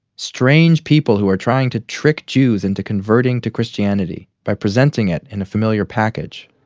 strange people who are trying to trick jews into converting to christianity, by presenting it in a familiar package.